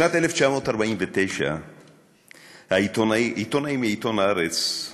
בשנת 1949 עיתונאי מעיתון הארץ,